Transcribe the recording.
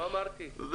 כל